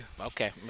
Okay